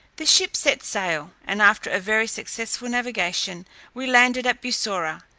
the ship set sail and after a very successful navigation we landed at bussorah,